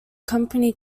company